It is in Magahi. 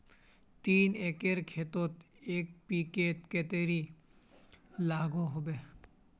तीन एकर खेतोत एन.पी.के कतेरी लागोहो होबे?